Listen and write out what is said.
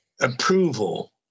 approval